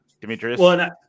Demetrius